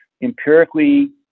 empirically